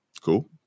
Cool